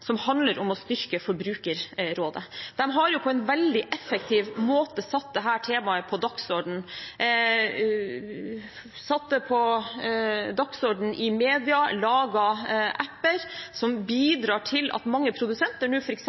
som handler om å styrke Forbrukerrådet. De har på en veldig effektiv måte satt dette temaet på dagsordenen i media og laget apper som bidrar til at mange produsenter nå